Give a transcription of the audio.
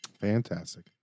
Fantastic